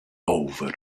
over